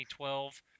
2012